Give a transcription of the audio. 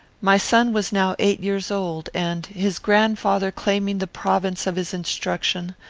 my son was now eight years old, and, his grandfather claiming the province of his instruction,